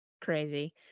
crazy